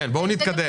בואו נתקדם.